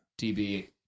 dB